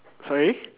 sorry